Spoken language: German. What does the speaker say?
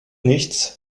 nichts